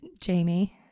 jamie